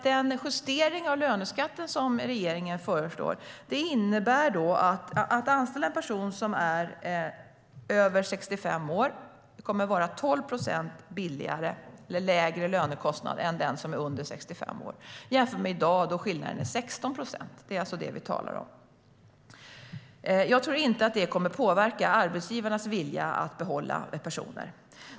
Den justering av löneskatten som regeringen föreslår innebär 12 procent lägre lönekostnad för att anställa en person som är över 65 år än för att anställa någon som är under 65 år. Det ska jämföras med i dag, då skillnaden är 16 procent. Det är detta vi talar om. Jag tror inte att det kommer att påverka arbetsgivarnas vilja att behålla personer.